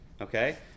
Okay